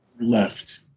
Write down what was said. left